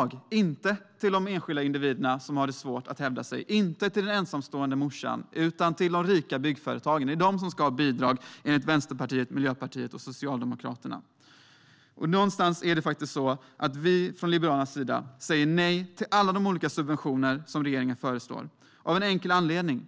Bidragen går inte till de enskilda individer som har svårt att hävda sig - inte till den ensamma morsan, utan till de rika byggföretagen. Det är de som ska ha bidrag enligt Vänsterpartiet, Miljöpartiet och Socialdemokraterna. Någonstans säger vi från Liberalernas sida nej till alla de olika subventioner som regeringen föreslår. Anledningen är enkel: